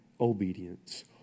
obedience